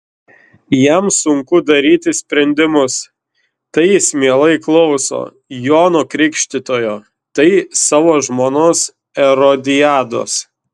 jam sunku daryti sprendimus tai jis mielai klauso jono krikštytojo tai savo žmonos erodiados